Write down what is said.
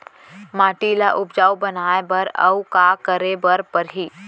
माटी ल उपजाऊ बनाए बर अऊ का करे बर परही?